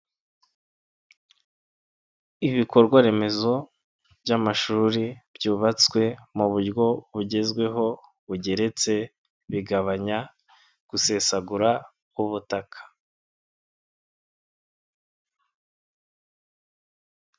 Ibikorwa remezo by'amashuri byubatswe mu buryo bugezweho bugeretse bigabanya gusesagura ubutaka.